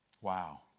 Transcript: Wow